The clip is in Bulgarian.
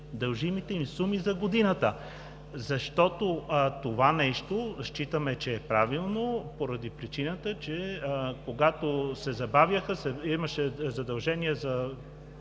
дължимите им суми за годината. Защото това нещо считаме, че е правилно, поради причината, че когато се забавяха, имаше задължение за